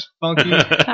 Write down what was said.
Funky